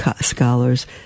scholars